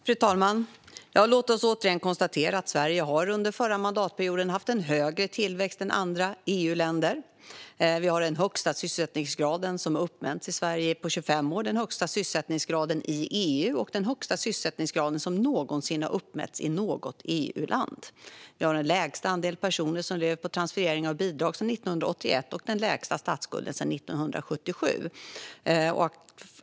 Fru talman! Låt oss återigen konstatera att Sverige under den förra mandatperioden har haft en högre tillväxt än andra EU-länder. Vi har den högsta sysselsättningsgraden som har uppmätts i Sverige på 25 år, vi har den högsta sysselsättningsgraden i EU och vi har den högsta sysselsättningsgraden som någonsin har uppmätts i något EU-land. Vi har den lägsta andelen personer som lever på transfereringar av bidrag sedan 1981, och vi har den lägsta statsskulden sedan 1977.